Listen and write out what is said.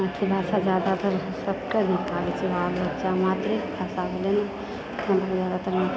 मैथिली भाषा जादातर सभके निक लागैत छै बाल बच्चा मातृ भाषा भेलै ने